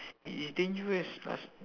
it is dangerous last